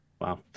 Wow